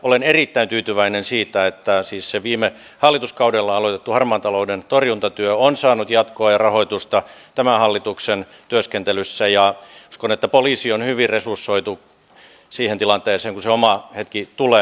olen erittäin tyytyväinen siitä että se viime hallituskaudella aloitettu harmaan talouden torjuntatyö on saanut jatkoa ja rahoitusta tämän hallituksen työskentelyssä ja uskon että poliisi on hyvin resursoitu siihen tilanteeseen kun se oma hetki tulee